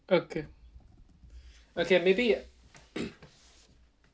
okay okay maybe